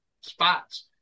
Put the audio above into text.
spots